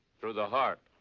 through the heart.